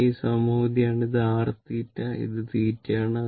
ഇത് സമമിതിയാണ് ഇത് r θ ഇത് θ ആണ്